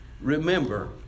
remember